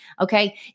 okay